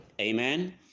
amen